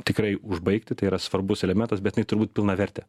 tikrai užbaigti tai yra svarbus elementas bet jinai turbūt pilnavertė